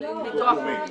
לא --- עם ביטוח לאומי.